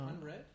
unread